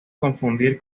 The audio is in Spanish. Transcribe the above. confundir